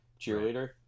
cheerleader